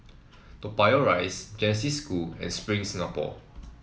Toa Payoh Rise Genesis School and Spring Singapore